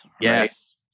Yes